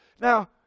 Now